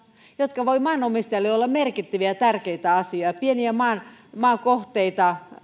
jotka voivat maanomistajalle olla merkittäviä ja tärkeitä asioita pieniä maakohteita